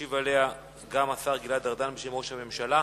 ישיב השר גלעד ארדן בשם ראש הממשלה.